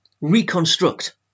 reconstruct